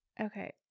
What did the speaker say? Okay